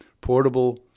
portable